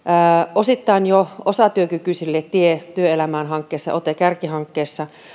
osittain jo osatyökykyisille tie työelämään hankkeessa ote kärkihankkeessa